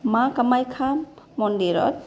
মা কামাখ্যা মন্দিৰত